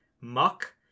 Muck